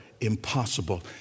impossible